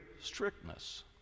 strictness